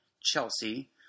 Chelsea